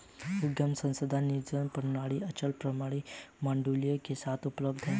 उद्यम संसाधन नियोजन प्रणालियाँ अचल संपत्ति मॉड्यूल के साथ उपलब्ध हैं